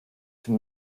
für